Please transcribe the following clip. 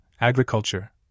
agriculture